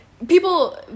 people